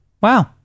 Wow